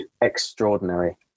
extraordinary